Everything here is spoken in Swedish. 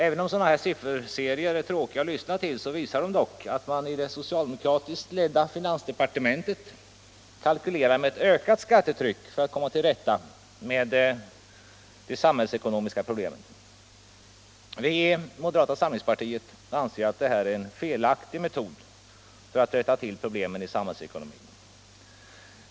Även om sådana här sifferserier är tråkiga att lyssna till så visar de dock att man i det socialdemokratiskt ledda finansdepartementet kalkylerar med ett ökat skattetryck för att komma till rätta med de samhällsekonomiska problemen. Vi i moderata samlingspartiet anser att detta är en felaktig metod för att rätta till problemen i samhällsekonomin.